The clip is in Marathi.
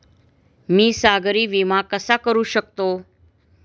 मी सागरी विमा कसा करू शकतो?